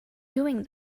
doing